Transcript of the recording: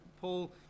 Paul